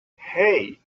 hey